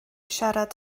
siarad